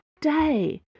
day